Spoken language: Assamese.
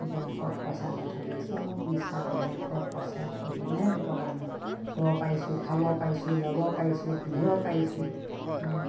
বেংকত পইচা নথলে চব মিছা বেংকত পইচা থৈ কিনেহে দুটকা আমি থ'ব পাৰিছোঁ খাব পাৰিছোঁ ল'ব পাৰিছোঁ পিন্ধিব পাৰিছোঁ হে